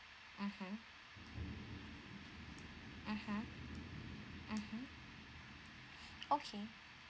mmhmm mmhmm mmhmm okay